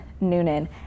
Noonan